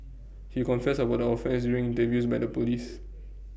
he confessed about the offence during interviews by the Police